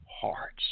hearts